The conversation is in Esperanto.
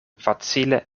facile